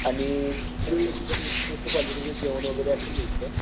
आणि एकदम उत्कृष्ट कॉलिटीचं जेवण वगैरे असं मिळतं